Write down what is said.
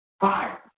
fire